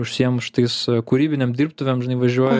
užsiimu šitais kūrybinėm dirbtuvėm žinai važiuoju